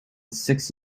six